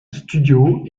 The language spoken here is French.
studios